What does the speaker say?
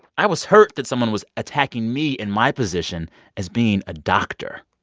i was hurt that someone was attacking me in my position as being a doctor.